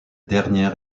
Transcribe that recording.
dernière